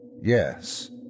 Yes